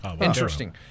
Interesting